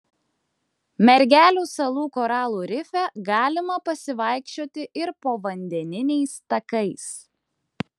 mergelių salų koralų rife galima pasivaikščioti ir povandeniniais takais